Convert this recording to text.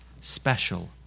special